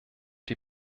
die